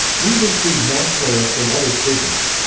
these include nationalist and other schisms.